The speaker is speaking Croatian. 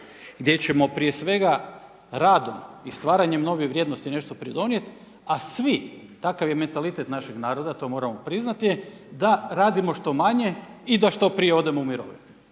gdje ćemo prije svega radom i stvaranjem nove vrijednosti nešto pridonijeti a svi, takav je mentalitet našeg naroda, to moramo priznati, da radimo što manje i da što prije odemo u mirovine.